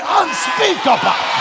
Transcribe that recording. unspeakable